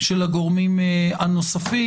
של הגורמים הנוספים.